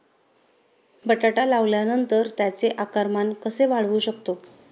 बटाटा लावल्यानंतर त्याचे आकारमान कसे वाढवू शकतो?